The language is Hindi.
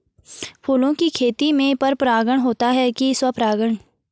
फूलों की खेती में पर परागण होता है कि स्वपरागण?